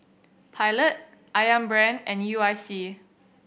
Pilot Ayam Brand and U I C